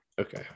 Okay